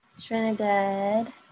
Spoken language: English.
Trinidad